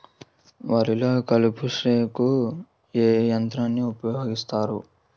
వరిలో కలుపు స్ప్రేకు ఏ యంత్రాన్ని ఊపాయోగిస్తారు?